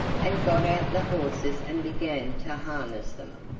and got out the horses and began to harness them.